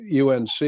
UNC